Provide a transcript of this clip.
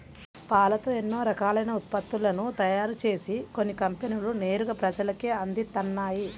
పాలతో ఎన్నో రకాలైన ఉత్పత్తులను తయారుజేసి కొన్ని కంపెనీలు నేరుగా ప్రజలకే అందిత్తన్నయ్